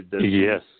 Yes